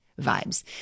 vibes